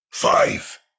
Five